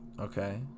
Okay